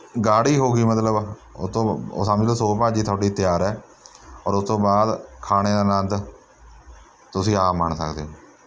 ਗਾੜ੍ਹੀ ਹੋ ਗਈ ਮਤਲਬ ਉਹ ਤੋਂ ਉਹ ਸਮਝ ਲਉ ਸੇਓ ਭਾਅ ਜੀ ਤੁਹਾਡੀ ਤਿਆਰ ਹੈ ਔਰ ਉਸ ਤੋਂ ਬਾਅਦ ਖਾਣੇ ਦਾ ਆਨੰਦ ਤੁਸੀਂ ਆਪ ਮਾਣ ਸਕਦੇ ਹੋ